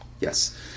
Yes